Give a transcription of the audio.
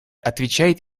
отвечает